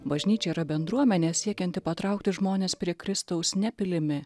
bažnyčia yra bendruomenė siekianti patraukti žmones prie kristaus ne pilimi